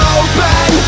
open